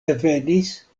devenis